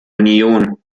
union